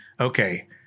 okay